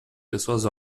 pessoas